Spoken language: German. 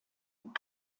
und